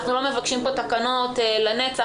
אנחנו לא מבקשים פה תקנות לנצח,